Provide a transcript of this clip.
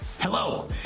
Hello